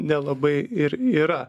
nelabai ir yra